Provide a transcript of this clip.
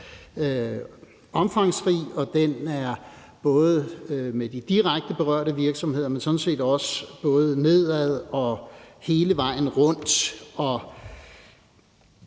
omfangsrig, og det er både i forhold til de direkte berørte virksomheder, men sådan set også nedad og hele vejen rundt.